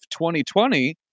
2020